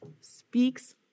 speaks